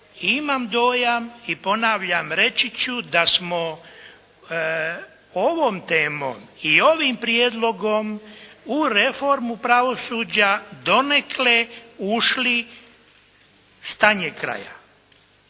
imam dojam i ponavljam reći ću da smo ovom temom i ovim prijedlogom u reformu pravosuđa donekle ušli s tanjeg kraja.